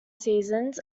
seasons